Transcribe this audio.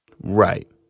Right